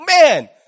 man